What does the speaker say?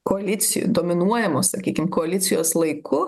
koalicijų dominuojamos sakykim koalicijos laiku